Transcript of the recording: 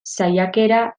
saiakera